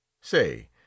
Say